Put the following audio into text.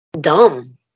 dumb